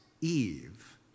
Eve